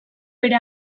bere